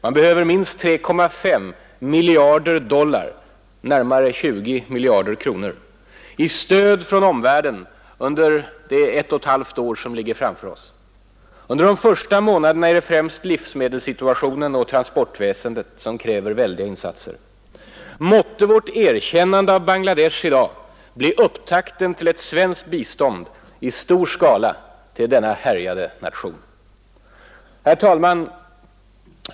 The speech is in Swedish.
Man behöver minst 3,5 miljarder dollar — närmare 20 miljarder kronor — i stöd från omvärlden under det ett och ett halvt år som ligger framför oss. Under de första månaderna är det främst livsmedelssituationen och transportväsendet som kräver väldiga insatser. Måtte vårt erkännande av Bangladesh i dag bli upptakten till ett svenskt bistånd i stor skala till denna härjade nation. Herr talman!